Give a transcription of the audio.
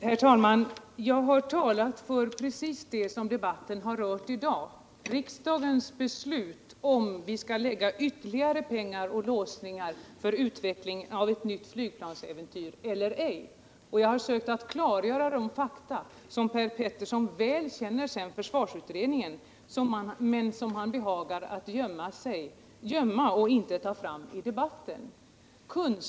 Herr talman! Jag har talat om det som debatten i dag rör, nämligen om vi skalllåsa ytterligare pengar för utveckling av ett nytt flygplansäventyr eller ej. Jag har försökt klargöra fakta, som Per Petersson väl känner från försvarsutredningen men som han behagar sörnma och inte ta fram i debatten.